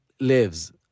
lives